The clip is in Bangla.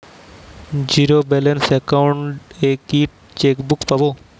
জীরো ব্যালেন্স অ্যাকাউন্ট এ কি চেকবুক পাব?